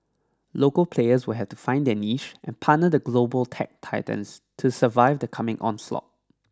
local players will have to find their niche and partner the global tech titans to survive the coming onslaught